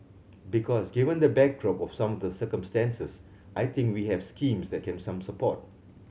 because given the backdrop of some the circumstances I think we have schemes that can some support